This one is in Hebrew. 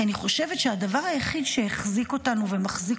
כי אני חושבת שהדבר היחיד שהחזיק אותנו ומחזיק